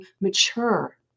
mature